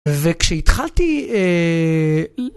וכשהתחלתי אההההההההה